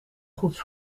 goeds